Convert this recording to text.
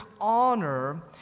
honor